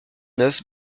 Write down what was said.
neuf